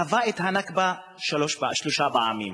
חווה את הנכבה שלוש פעמים: